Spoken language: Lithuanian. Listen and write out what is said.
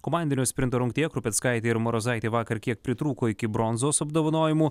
komandinio sprinto rungtyje krupeckaitei ir marozaitei vakar kiek pritrūko iki bronzos apdovanojimų